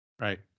Right